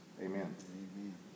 Amen